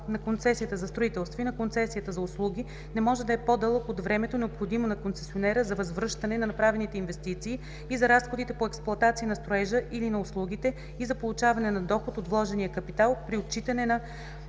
на концесията за строителство и на концесията за услуги не може да е по-дълъг от времето, необходимо на концесионера за възвръщане на направените инвестиции и на разходите по експлоатация на строежа или на услугите и за получаване на доход от вложения капитал, при отчитане на